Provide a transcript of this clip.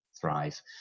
thrive